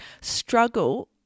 struggle